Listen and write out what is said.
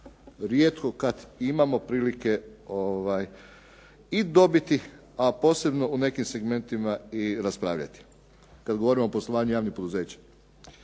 rijetko kada imamo prilike i dobiti a posebno o nekim segmentima i raspravljati, kada govorimo o poslovanju javnih poduzeća,